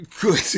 Good